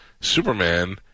Superman